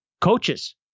Coaches